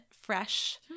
fresh